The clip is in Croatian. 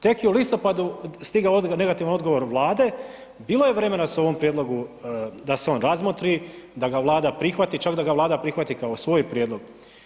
Tek je u listopadu stigao negativan odgovor Vlade, bilo je vremena da se o ovom prijedlogu, da se on razmotri, da ga Vlada prihvati, čak da ga Vlada prihvati kao svoj prijedlog.